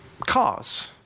Cars